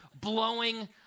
blowing